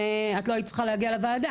את לא היית צריכה להגיע לוועדה,